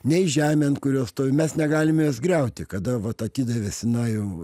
nei žemė ant kurios stovi mes negalime jos griauti kada vat atidavė sina jau